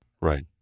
Right